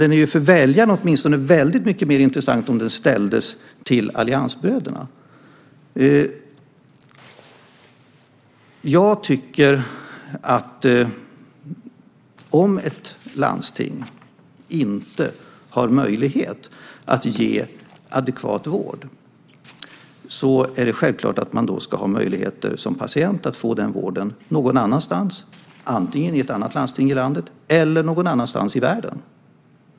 Den är mer intressant för väljarna om den ställs till alliansbröderna. Om ett landsting inte har möjlighet att ge adekvat vård tycker jag att det är självklart att man som patient ska ha möjlighet att få vård någon annanstans, antingen i ett annat landsting i landet eller någon annanstans i världen.